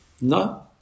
No